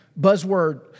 buzzword